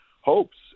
hopes